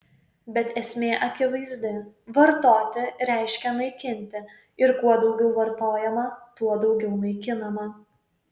bet esmė akivaizdi vartoti reiškia naikinti ir kuo daugiau vartojama tuo daugiau naikinama